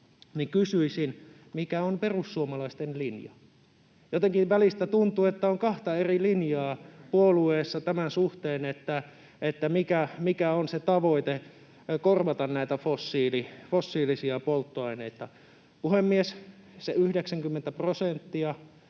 — ja kysyisin, mikä on perussuomalaisten linja. Jotenkin välistä tuntuu, että on kahta eri linjaa puolueessa sen suhteen, mikä on se tavoite korvata näitä fossiilisia polttoaineita. Puhemies! Se 90 prosenttia